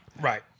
Right